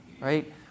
Right